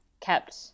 kept